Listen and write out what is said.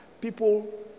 People